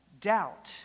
Doubt